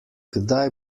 kdaj